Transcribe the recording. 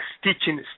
stitching